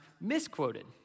misquoted